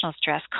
stress